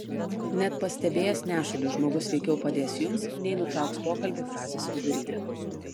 net pastebėjęs nešulį žmogus veikiau padės jums nei nutrauks pokalbį frazės viduryje